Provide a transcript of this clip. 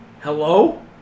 Hello